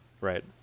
Right